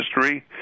history